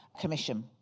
commission